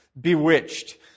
bewitched